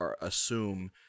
assume